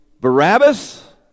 Barabbas